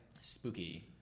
Spooky